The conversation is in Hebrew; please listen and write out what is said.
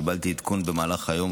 קיבלתי עדכון במהלך היום